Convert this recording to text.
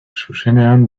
zuzenean